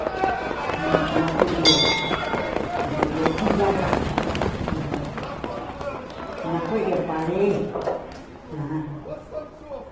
Ujun natu'u vuyo tyiyaka ajan nakueyo pare ajan.